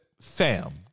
fam